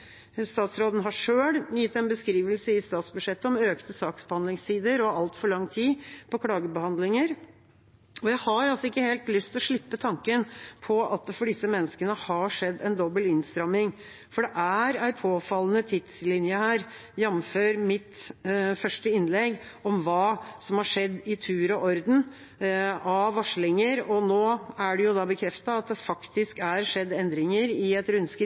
Statsråden har selv gitt en beskrivelse i statsbudsjettet om økte saksbehandlingstider og altfor lang tid på klagebehandlinger. Jeg har ikke helt lyst til å slippe tanken på at det for disse menneskene har skjedd en dobbel innstramming, for det er en påfallende tidslinje her, jf. mitt første innlegg om hva som har skjedd i tur og orden av varslinger, og nå er det jo bekreftet at det faktisk har skjedd endringer, i et rundskriv